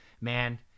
man